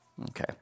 Okay